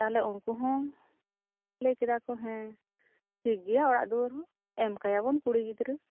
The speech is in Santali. ᱛᱟᱦᱚᱞᱮ ᱩᱱᱠᱩ ᱦᱚᱸ ᱞᱟᱹᱭ ᱠᱮᱫᱟ ᱠᱚ ᱦᱮᱸ ᱴᱷᱤᱠ ᱜᱮᱭᱟ ᱚᱲᱟᱜ ᱫᱩᱣᱟᱹᱨ ᱦᱚᱸ ᱮᱢ ᱠᱟᱭᱟ ᱵᱚᱱ ᱠᱩᱲᱤ ᱜᱤᱫᱽᱨᱟᱹ